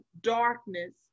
darkness